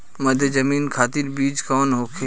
मध्य जमीन खातिर बीज कौन होखे?